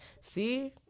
See